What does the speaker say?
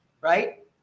right